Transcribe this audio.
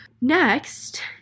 next